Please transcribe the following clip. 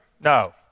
No